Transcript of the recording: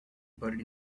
buried